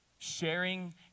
Sharing